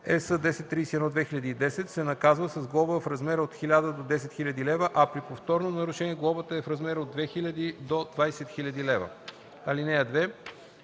№ 1031/2010, се наказва с глоба в размер от 1 000 до 10 000 лева, а при повторно нарушение глобата е в размер от 2 000 до 20 000 лв. (2)